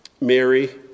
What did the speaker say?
Mary